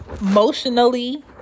emotionally